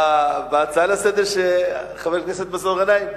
בהצעה לסדר-היום של חבר הכנסת מסעוד גנאים,